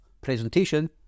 presentation